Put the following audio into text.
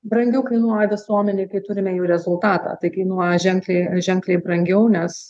brangiau kainuoja visuomenei kai turime jau rezultatą tai kainuoja ženkliai ženkliai brangiau nes